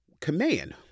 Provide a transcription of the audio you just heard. Command